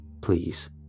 please